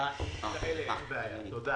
שמשרד